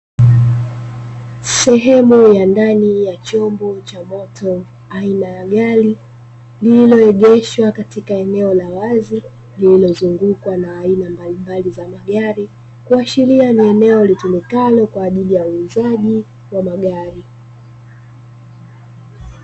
Sehemu ya ndani ya chombo cha moto aina ya gari lililoegeshwa katika eneo la wazi lililozungukwa na aina mbalimbali za magari, kuashiria ni eneo litumikalo kwa ajili ya uuzaji wa magari.